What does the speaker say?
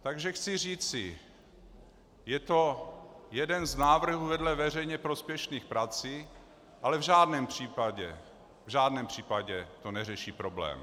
Takže chci říci, je to jeden z návrhů vedle veřejně prospěšných prací, ale v žádném případě v žádném případě to neřeší problém.